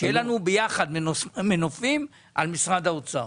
שיהיה לנו ביחד מנופים על משרד האוצר,